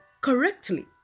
correctly